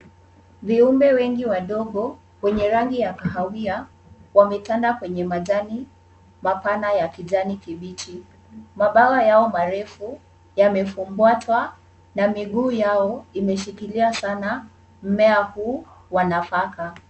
Viumbe wengi wadogo wenye rangi ya kahawia wametanda kwenye majani mapana ya kijani kibichi. Mabawa yao marefu yamefumbwatwa na miguu yao imeshikilia sana mmea huu wa nafaka.